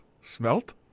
Smelt